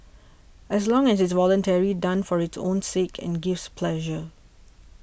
as long it's voluntary done for its own sake and gives pleasure